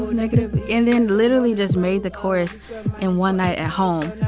negative. and then literally just made the chorus in one night at home